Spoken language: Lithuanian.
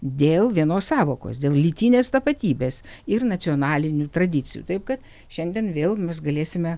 dėl vienos sąvokos dėl lytinės tapatybės ir nacionalinių tradicijų taip kad šiandien vėl mes galėsime